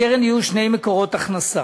לקרן יהיו שני מקורות הכנסה: